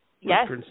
Yes